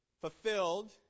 fulfilled